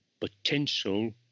potential